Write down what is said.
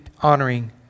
Honoring